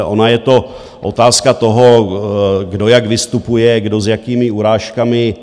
Ona je to otázka toho, kdo jak vystupuje, kdo s jakými urážkami.